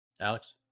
Alex